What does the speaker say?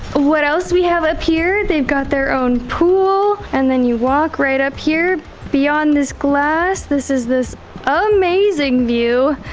what else we have up here? they've got their own pool and then you walk right up here beyond this glass, this is this amazing view!